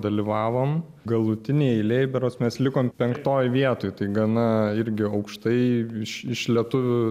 dalyvavom galutinėj eilėj berods mes likom penktoj vietoj tai gana irgi aukštai iš iš lietuvių